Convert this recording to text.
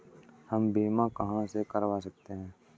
हम बीमा कहां से करवा सकते हैं?